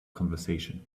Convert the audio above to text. conversation